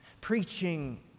preaching